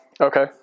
Okay